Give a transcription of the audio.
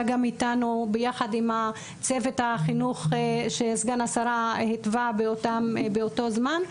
גם איתנו ביחד עם צוות החינוך שסגן השרה התווה באותו זמן,